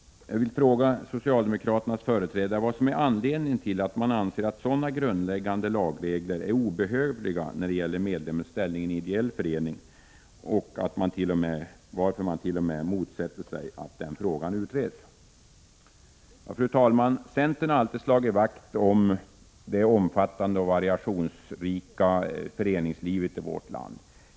Jag vill fråga socialdemokraternas företrädare vad som är anledningen till att man anser att sådana grundläggande lagregler är obehövliga när det gäller medlemmens ställning i en ideell förening och varför man t.o.m. motsätter sig att denna fråga utreds. Fru talman! Centern har alltid slagit vakt om det omfattande och variationsrika föreningslivet i vårt land.